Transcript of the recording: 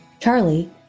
Charlie